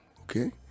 okay